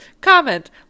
Comment